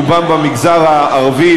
רובם במגזר הערבי,